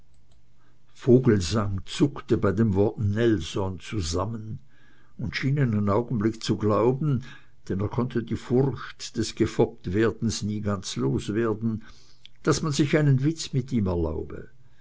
vogelsang zuckte bei dem wort nelson zusammen und schien einen augenblick zu glauben denn er konnte die furcht des gefopptwerdens nie ganz loswerden daß man sich einen witz mit ihm erlaube